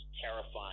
terrifying